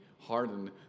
hardened